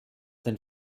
den